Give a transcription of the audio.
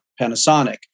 Panasonic